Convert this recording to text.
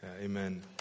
Amen